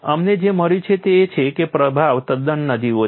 અમને જે મળ્યું છે તે એ છે કે પ્રભાવ તદ્દન નજીવો છે